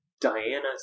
Diana